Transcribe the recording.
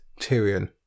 Tyrion